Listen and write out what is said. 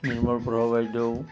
নিৰ্মলপ্ৰভা বাইদেউ